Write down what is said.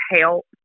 help